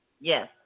yes